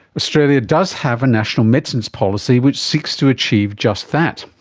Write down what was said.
australia does have a national medicines policy which seeks to achieve just that.